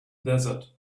desert